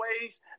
ways